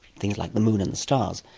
things like the moon and the stars,